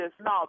No